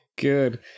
good